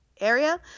area